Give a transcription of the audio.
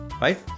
right